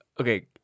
okay